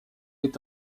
est